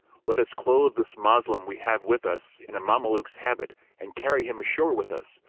let us clothe this moslem we have with us in a mameluke's habit and carry him ashore with us,